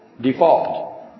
default